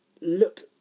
look